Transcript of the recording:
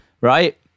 right